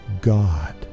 God